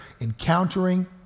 encountering